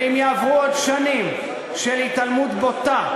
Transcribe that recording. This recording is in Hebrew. ואם יעברו עוד שנים של התעלמות בוטה,